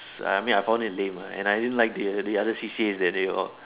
I mean I found it lame lah and I didn't like the the other C_C_A that they all